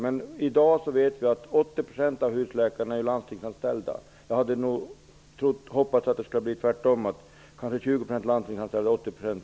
I dag vet vi dock att 80 % av husläkarna är landstingsanställda. Jag hade nog hoppats på motsatsen, dvs. bortemot 20 %